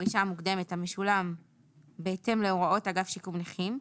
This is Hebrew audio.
פרישה מוקדמת המשולם בהתאם להוראות אגף שיקום נכים,